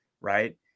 Right